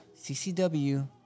CCW